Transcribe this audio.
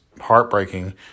heartbreaking